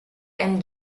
and